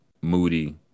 Moody